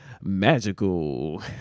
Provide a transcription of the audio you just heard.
magical